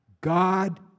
God